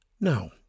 Now